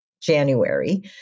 January